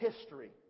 history